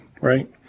right